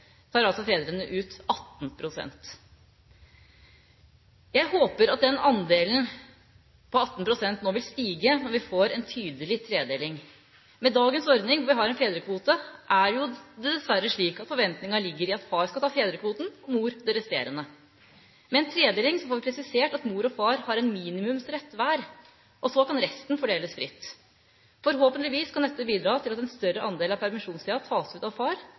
tar fedrene ut 18 pst. Jeg håper at andelen på 18 pst. nå vil stige når vi får en tydelig tredeling. Med dagens ordning, hvor vi har en fedrekvote, er det dessverre slik at forventningen ligger i at far skal ta fedrekvoten, mor det resterende. Med en tredeling får vi presisert at mor og far har en minimumsrett hver, og så kan resten fordeles fritt. Forhåpentligvis kan dette bidra til at en større andel av permisjonstida tas ut av far.